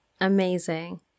Amazing